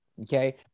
okay